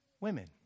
women